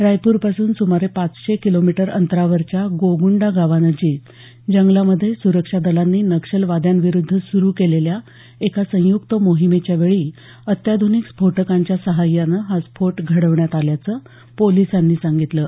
रायपूरपासून सुमारे पाचशे किलोमीटर अंतरावरील गोगुंडा गावानजिक जंगलामध्ये सुरक्षा दलांनी नक्षलवाद्यांविरुद्ध सुरू केलेल्या एका संयुक्त मोहीमेवेळी अत्याधुनिक स्फोटकांच्या सहाय्यानं हा स्फोट घडवण्यात आल्याचं पोलिसांनी म्हटलं आहे